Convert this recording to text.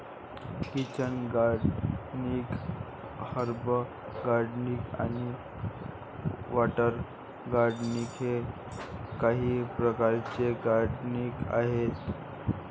kitchen gardening, herb gardening आणि water gardening हे काही प्रकारचे गार्डनिंग आहेत